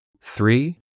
three